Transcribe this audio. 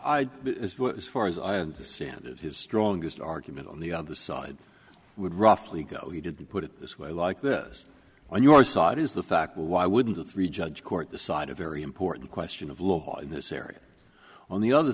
as far as i understand it his strongest argument on the other side would roughly go he didn't put it this way like this on your side is the fact why wouldn't a three judge court decide a very important question of law in this area on the other